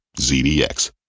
ZDX